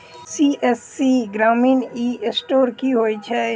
CSC Grameen e store की होइ छै?